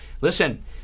Listen